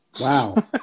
Wow